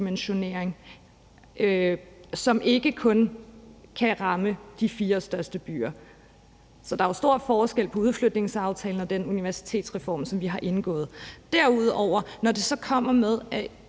sektordimensionering, som ikke kun kan ramme de fire største byer. Så der er jo stor forskel på udflytningsaftalen og den universitetsreform, som vi har indgået aftale om. Derudover vil jeg, når det så kommer til, at